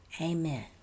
amen